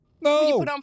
No